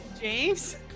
James